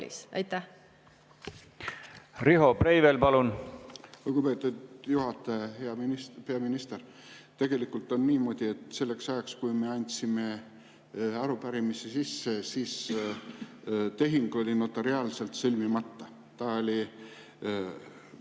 Riho Breivel, palun!